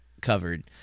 covered